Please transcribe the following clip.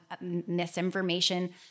misinformation